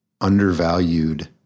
undervalued